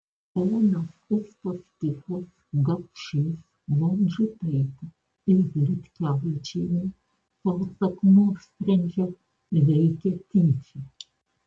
ponas uspaskichas gapšys vonžutaitė ir liutkevičienė pasak nuosprendžio veikė tyčia